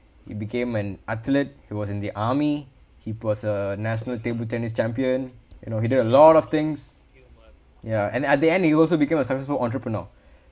he became an athlete he was in the army he was a national table tennis champion you know he did a lot of things ya and at the end he also became a successful entrepreneur